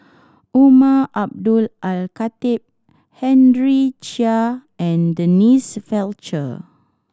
Umar Abdullah Al Khatib Henry Chia and Denise Fletcher